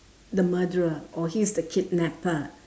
the murderer or he is the kidnapper